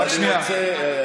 רק שנייה,